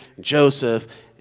Joseph